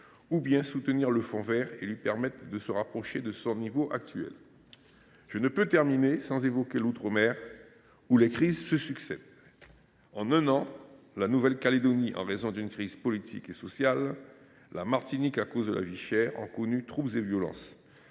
ou encore abonder le fonds vert afin de le rapprocher de son niveau actuel. Je ne saurais conclure sans évoquer l’outre mer, où les crises se succèdent. En un an, la Nouvelle Calédonie, en raison d’une crise politique et sociale, et la Martinique, à cause de la vie chère, ont connu troubles et violences